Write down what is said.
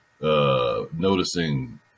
noticing